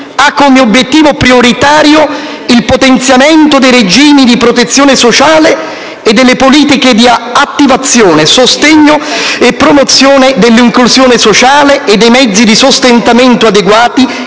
ha come obiettivo prioritario il potenziamento dei regimi di protezione sociale e delle politiche di attivazione, sostegno e promozione dell'inclusione sociale e dei mezzi di sostentamento adeguati,